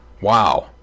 Wow